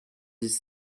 dix